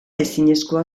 ezinezkoa